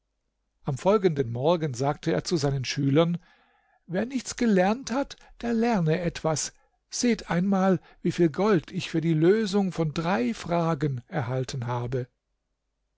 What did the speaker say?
am folgenden morgen sagte er zu seinen schülern wer nichts gelernt hat der lerne etwas seht einmal wieviel gold ich für die lösung von drei fragen erhalten habe